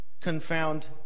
confound